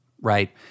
right